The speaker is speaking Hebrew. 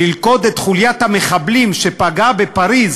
ללכוד את חוליית המחבלים שפגעה בפריז